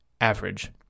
average